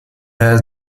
has